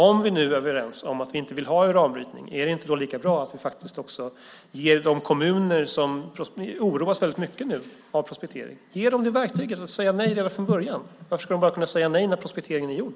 Om vi är överens om att vi inte vill ha uranbrytning, är det då inte lika bra att vi faktiskt ger de kommuner som oroar sig för prospektering verktyget att säga nej redan från början? Varför ska de bara kunna säga nej när prospekteringen är gjord?